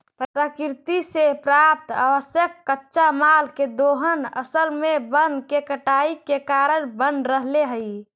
प्रकृति से प्राप्त आवश्यक कच्चा माल के दोहन असल में वन के कटाई के कारण बन रहले हई